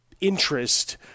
interest